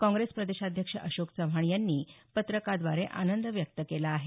काँग्रेस प्रदेशाध्यक्ष अशोक चव्हाण यांनी पत्रकाद्वारे आनंद व्यक्त केला आहे